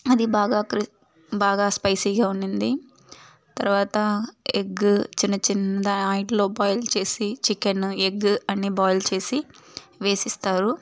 అది బాగా క్రిప్ బాగా స్పైసీగా ఉండింది తర్వాత ఎగ్గు చిన్న చిన్న ఆయింట్లో బాయిల్ చేసి చికెను ఎగ్గు అన్ని బాయిల్ చేసి వేసిస్తారు